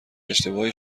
اشتباهی